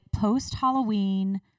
post-Halloween